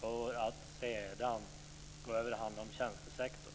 för att sedan gå över till att handla om tjänstesektorn.